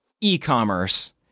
E-commerce